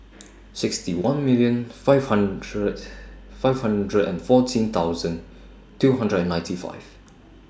sixty one million five hundred five hundred and fourteen thousand two hundred and ninety five